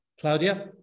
Claudia